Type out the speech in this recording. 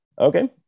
Okay